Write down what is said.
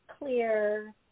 clear